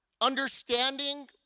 understanding